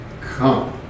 come